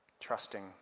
trusting